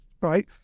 right